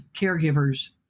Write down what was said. caregivers